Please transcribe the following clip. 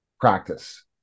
practice